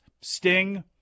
Sting